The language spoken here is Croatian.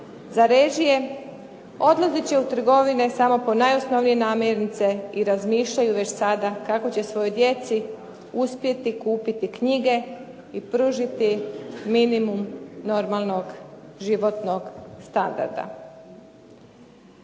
za režije, odlazit će u trgovine samo po najosnovnije namirnice i razmišljaju već sada kako će svojoj djeci uspjeti kupiti knjige i pružiti minimum normalnog životnog standarda.